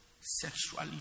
Sexually